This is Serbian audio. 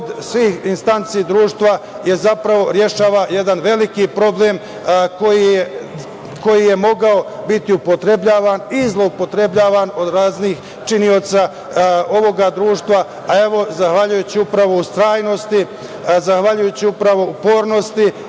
od svih instanci društva, jer rešava jedan veliki problem koji je mogao biti upotrebljavan i zloupotrebljavan od raznih činioca ovog društva. Zahvaljujući ustrajnosti, zahvaljujući upornosti